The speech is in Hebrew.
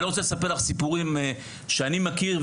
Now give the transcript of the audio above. אני לא רוצה לספר לך סיפורים שאני מכיר,